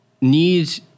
need